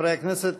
חברי הכנסת,